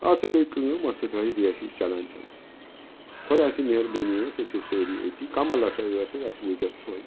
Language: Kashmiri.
اَتھ ہسا گٔے کٲم اَتھ سا درٛےے ریٚہہ ہِش چَلان چَلان خُداَے سٕنٛز مہربٲنی أسۍ أسۍ سٲری أتی کَمَل ہَسا ٲس اَسہِ ؤج اَتھ سۄے